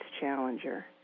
Challenger